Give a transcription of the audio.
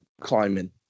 climbing